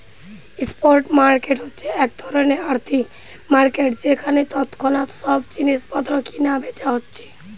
spot market হচ্ছে এক ধরণের আর্থিক মার্কেট যেখানে তৎক্ষণাৎ সব জিনিস পত্র কিনা বেচা হচ্ছে